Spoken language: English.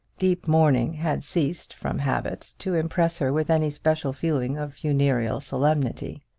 deep mourning had ceased from habit to impress her with any special feeling of funereal solemnity.